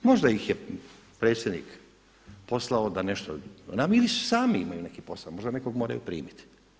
Možda ih je predsjednik poslao da nešto, … sami imaju neki posao, možda nekog moraju primiti.